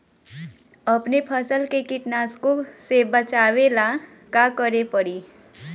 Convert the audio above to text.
अपने फसल के कीटनाशको से बचावेला का करे परी?